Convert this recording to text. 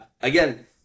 again